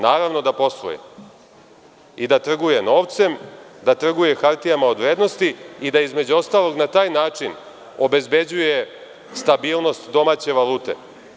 Naravno da posluje i da trguje novcem, da trguje hartijama od vrednosti i da, između ostalog, na taj način obezbeđuje stabilnost domaće valute.